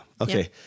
Okay